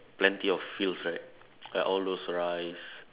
plenty of fields right like all those rice